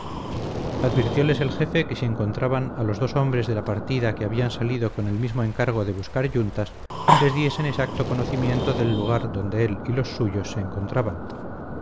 marcha advirtioles el jefe que si encontraban a los dos hombres de la partida que habían salido con el mismo encargo de buscar yuntas les diesen exacto conocimiento del lugar donde él y los suyos se encontraban